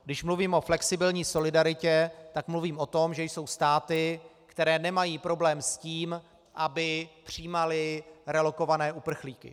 Když mluvím o flexibilní solidaritě, tak mluvím o tom, že jsou státy, které nemají problém s tím, aby přijímaly relokované uprchlíky.